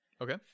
Okay